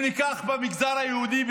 אם ניקח את המגזר היהודי,